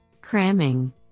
Cramming